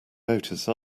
notice